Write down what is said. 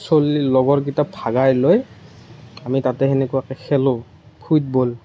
ছলি লগৰকিটা ভগাই লৈ আমি তাতে সেনেকুৱাকৈ খেলোঁ ফুটবল